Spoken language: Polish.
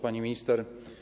Pani Minister!